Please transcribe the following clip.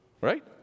right